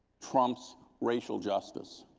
trumps racial justice.